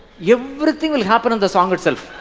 yeah everything will happen in the song itself.